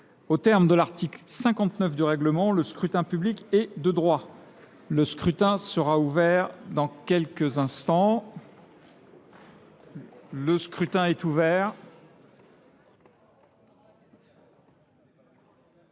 Au terme de l'article 59 du règlement, le scrutin public est de droit. Le scrutin sera ouvert dans quelques instants. Le scrutin est ouvert.